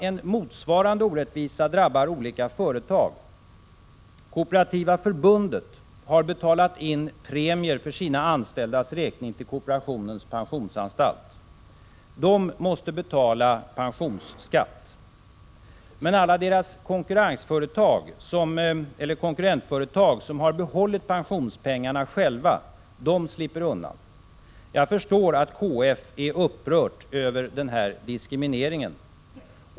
En motsvarande orättvisa drabbar olika företag. Kooperativa förbundet har betalat in premier för sina anställdas räkning till kooperationens pensionsanstalt. KF måste betala pensionsskatt. Men alla konkurrentföretag som har behållit pensionspengarna själva slipper undan. Jag förstår att KF är upprört över denna diskriminering.